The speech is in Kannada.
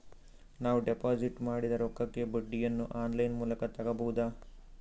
ನಾವು ಡಿಪಾಜಿಟ್ ಮಾಡಿದ ರೊಕ್ಕಕ್ಕೆ ಬಡ್ಡಿಯನ್ನ ಆನ್ ಲೈನ್ ಮೂಲಕ ತಗಬಹುದಾ?